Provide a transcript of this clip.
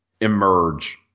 emerge